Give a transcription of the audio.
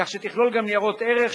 כך שתכלול גם ניירות ערך,